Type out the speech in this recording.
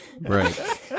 Right